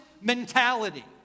mentality